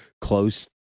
close